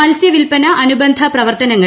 മത്സൃ വില്പന അനുബന്ധ പ്രവർത്തനങ്ങൾ